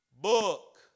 book